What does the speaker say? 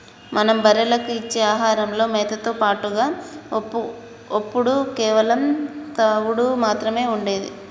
మనం బర్రెలకు ఇచ్చే ఆహారంలో మేతతో పాటుగా ఒప్పుడు కేవలం తవుడు మాత్రమే ఉండేది